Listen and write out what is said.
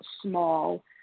small